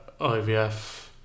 IVF